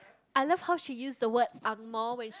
I love how she use the word angmoh when she